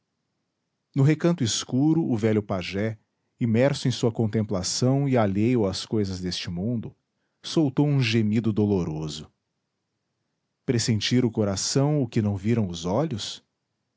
no recanto escuro o velho pajé imerso em sua contemplação e alheio às cousas deste mundo soltou um gemido doloroso pressentira o coração o que não viram os olhos